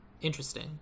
Interesting